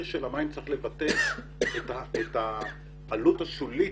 של המים צריך לבטא את העלות השולית.